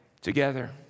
together